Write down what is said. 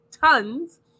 tons